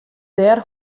dêr